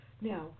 Now